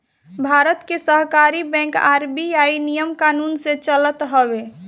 भारत के सहकारी bank RBI नियम कानून से चलत हवे